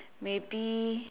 maybe